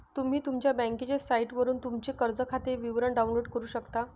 तुम्ही तुमच्या बँकेच्या साइटवरून तुमचे कर्ज खाते विवरण डाउनलोड करू शकता